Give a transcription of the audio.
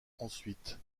ensuite